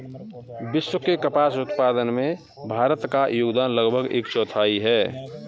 विश्व के कपास उत्पादन में भारत का योगदान लगभग एक चौथाई है